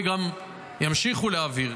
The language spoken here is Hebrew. וגם ימשיכו להעביר,